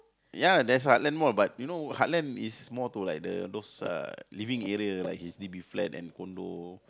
ya there's a Heartland Mall but you know heartland is more to like the those uh living area like H_D_B flat and condo